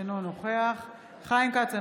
אינו נוכח חיים כץ,